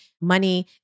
money